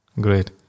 Great